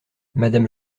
madame